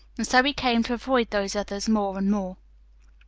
and so he came to avoid those others more and more.